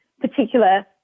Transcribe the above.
particular